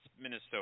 Minnesota